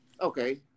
Okay